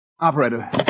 Operator